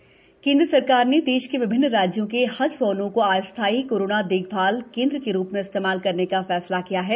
हज कोविड केन्द्र सरकार ने देश के विभिन्न राज्यों के हज भवनों को अस्थायी कोरोना देखभाल केन्द्र के रूप में इस्तेमाल करने का फैसला किया है